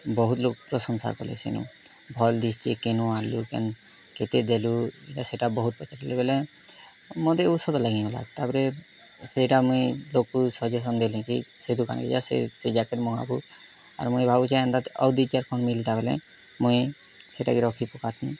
ବହୁତ ଲୋକ୍ ପ୍ରଶଂସା କଲେ ସେନୁ ଭଲ୍ ଦିଶ୍ଛି କେନୁ ଆଣିଲୁ କେନ୍ କେତେ ଦେଲୁ ଏଇଟା ସେଇଟା ବହୁତ ପଚାରିଲେ ବୋଲେ ମୋତେ ଲାଗି ଗଲା ତା'ପରେ ସେଇଟା ମୁଇଁ ଉପରୁ ସଜେସନ୍ ଦେଲି କି ସେ ଦୋକାନକୁ ଯାଆ ସେ ସେ ଜାକେଟ୍ ଆରୁ ମୁଇଁ ଭାବୁଛି ଏନ୍ତା ଆଉ ଦୁଇ ଚାରି ଖଣ୍ଡ ମିଲତା ବୋଲେ ମୁଇଁ ସେଟାକେ ରଖି ପକାନ୍ତି